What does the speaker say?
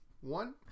One